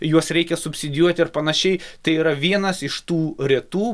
juos reikia subsidijuoti ir panašiai tai yra vienas iš tų retų